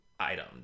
item